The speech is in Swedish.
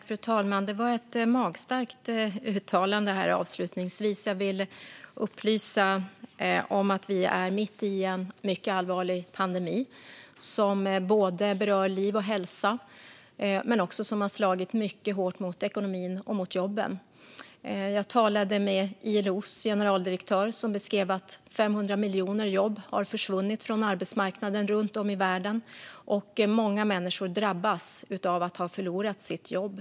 Fru talman! Det var ett magstarkt uttalande här avslutningsvis. Jag vill upplysa om att vi är mitt i en mycket allvarligt pandemi som inte bara berör liv och hälsa utan också har slagit mycket hårt mot ekonomin och jobben. Jag talade med ILO:s generaldirektör, som beskrev att 500 miljoner jobb har försvunnit från arbetsmarknaden runt om i världen. Många människor drabbas av att ha förlorat sitt jobb.